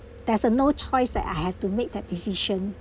there's a no choice that I have to make that decision